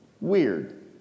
weird